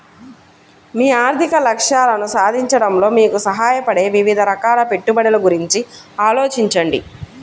మీ ఆర్థిక లక్ష్యాలను సాధించడంలో మీకు సహాయపడే వివిధ రకాల పెట్టుబడుల గురించి ఆలోచించండి